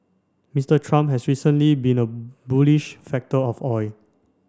Mister Trump has recently been a bullish factor for oil